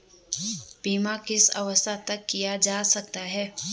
बीमा किस अवस्था तक किया जा सकता है?